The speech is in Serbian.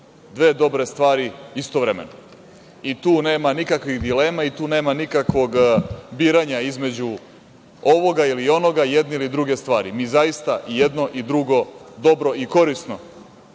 dve dobre stvari istovremeno i tu nema nikakvih dilema i tu nema nikakvog biranja između ovoga i onoga i jedne ili druge stvari. Mi zaista i jedno i drugo dobro i korisno